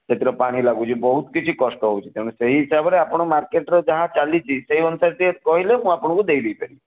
ସେଥିରେ ପାଣି ଲାଗୁଛି ବହୁତ କିଛି କଷ୍ଟ ହେଉଛି ତେଣୁ ସେଇ ହିସାବରେ ଆପଣ ମାର୍କେଟ୍ର ଯାହା ଚାଲିଛି ସେଇ ଅନୁସାରେ ଟିକେ କହିଲେ ମୁଁ ଆପଣଙ୍କୁ ଦେଇ ଦେଇପାରିବି